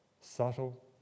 Subtle